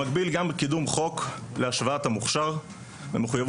במקביל גם קידום חוק להשוואת המוכשר במחויבות